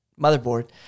motherboard